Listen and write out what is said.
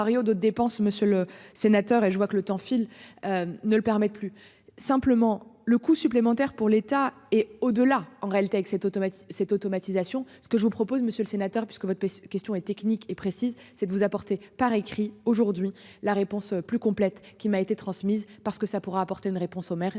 de dépenses. Monsieur le sénateur, et je vois que le temps file. Ne le permettent plus simplement le coût supplémentaire pour l'État et au-delà. En réalité, avec 7 automatiquement. Cette automatisation. Ce que je vous propose, monsieur le sénateur, puisque votre question est technique et précise c'est vous apporter par écrit aujourd'hui la réponse plus complète qui m'a été transmise parce que ça pourra apporter une réponse aux maires